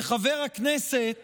וחבר הכנסת